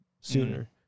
sooner